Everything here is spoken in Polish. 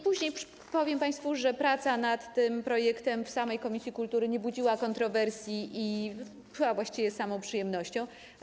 Powiem państwu, że praca nad tym projektem w komisji kultury nie budziła kontrowersji i była właściwie samą przyjemnością.